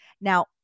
Now